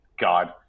God